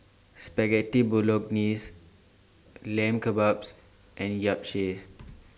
Spaghetti Bolognese Lamb Kebabs and Yapchaes